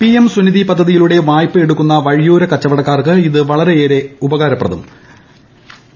PM Svanidhi പദ്ധതിയിലൂടെ വായ്പ എടുക്കുന്ന വഴിയോരക്കച്ചവടക്കാർക്ക് ഇത് വളരെയേറെ ഉപകാരപ്രദമാവും